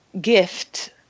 gift